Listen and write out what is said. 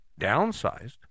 downsized